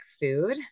food